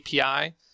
API